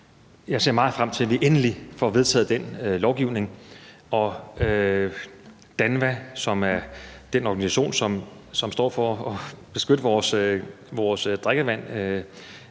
jeg ser meget frem til, at vi endelig får vedtaget den lovgivning. DANVA, som er den organisation, som står for at beskytte vores drikkevand